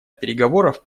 переговоров